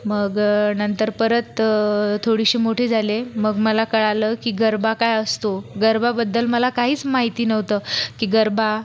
मग नंतर परत थोडीशी मोठी झाले मग मला कळलं की गरबा काय असतो गरबाबद्दल मला काहीच माहिती नव्हतं की गरबा